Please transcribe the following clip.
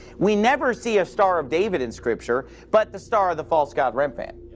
we never see a star of david in scripture, but the star of the false god remphan,